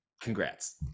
congrats